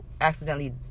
accidentally